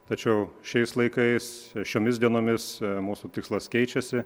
tačiau šiais laikais šiomis dienomis mūsų tikslas keičiasi